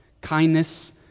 kindness